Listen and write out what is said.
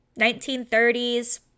1930s